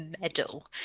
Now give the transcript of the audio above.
medal